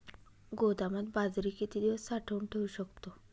गोदामात बाजरी किती दिवस साठवून ठेवू शकतो?